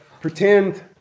pretend